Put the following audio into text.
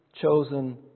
chosen